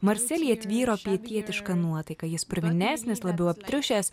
marselyje tvyro pietietiška nuotaika jis purvinesnis labiau aptriušęs